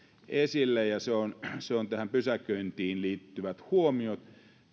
esille ja se on se on pysäköintiin liittyvät huomiot